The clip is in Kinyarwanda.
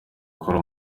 gukora